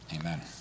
Amen